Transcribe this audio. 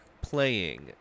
playing